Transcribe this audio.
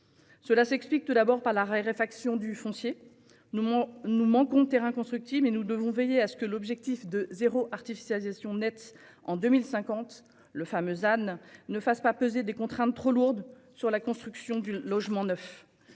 Cela s'explique, tout d'abord, par la raréfaction du foncier. Nous manquons de terrains constructibles et nous devrons veiller à ce que l'objectif de « zéro artificialisation nette » des sols en 2050, le fameux ZAN, ne fasse pas peser de contraintes trop lourdes sur la construction de logements neufs.